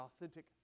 authentic